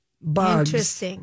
Bugs